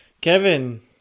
kevin